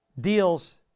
deals